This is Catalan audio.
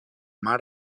mar